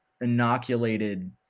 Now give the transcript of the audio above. inoculated